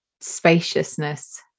spaciousness